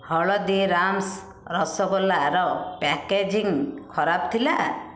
ହଳଦୀରାମ୍ସ୍ ରସଗୋଲାର ପ୍ୟାକେଜିଂ ଖରାପ ଥିଲା